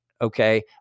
okay